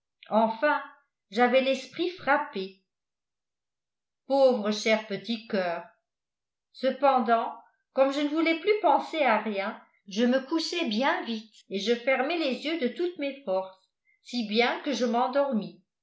enfin j'avais l'esprit frappé pauvre cher petit coeur cependant comme je ne voulais plus penser à rien je me couchai bien vite et je fermai les yeux de toutes mes forces si bien que je m'endormis